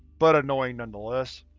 but annoying nonetheless.